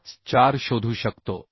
54 शोधू शकतो